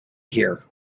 hear